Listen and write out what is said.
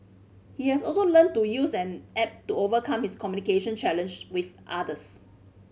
he has also learnt to use an app to overcome his communication challenge with others